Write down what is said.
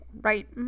right